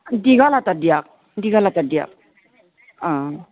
দীঘল হাতৰ দিয়ক দীঘল হাতৰ দিয়ক অ